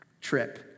trip